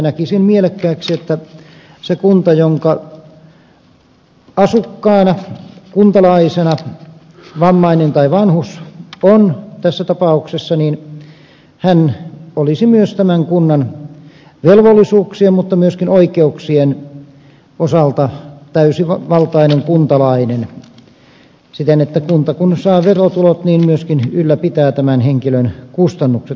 näkisin mielekkääksi että siinä kunnassa jonka asukkaana kuntalaisena vammainen tai vanhus on tässä tapauksessa hän olisi myös tämän kunnan velvollisuuksien mutta myöskin oikeuksien osalta täysivaltainen kuntalainen siten että kun kunta saa verotulot niin se myöskin ylläpitää tämän henkilön kustannukset